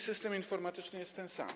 System informatyczny jest ten sam.